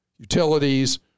Utilities